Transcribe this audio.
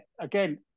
Again